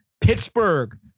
Pittsburgh